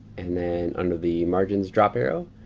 and then under the margins drop arrow